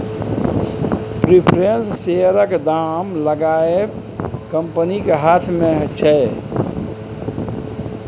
preference शेयरक दाम लगाएब कंपनीक हाथ मे छै